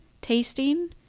tasting